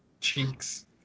cheeks